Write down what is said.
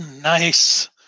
Nice